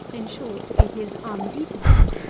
in short, it is uneatable,